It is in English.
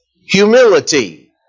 humility